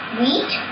wheat